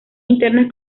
internas